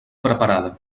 preparada